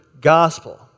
gospel